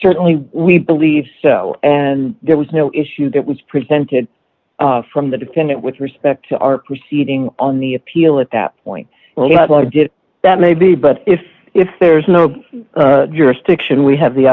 certainly we believe so and there was no issue that was presented from the defendant with respect to our proceeding on the appeal at that point but i did that maybe but if if there's no jurisdiction we have the